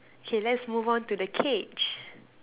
K let's move on to the cage